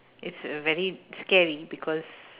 it's a very scary because